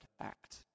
act